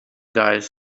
guys